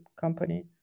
company